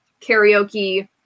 karaoke